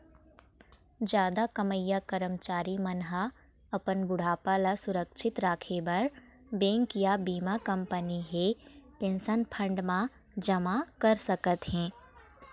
जादा कमईया करमचारी मन ह अपन बुढ़ापा ल सुरक्छित राखे बर बेंक या बीमा कंपनी हे पेंशन फंड म जमा कर सकत हे